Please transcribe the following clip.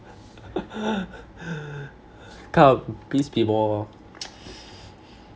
please be more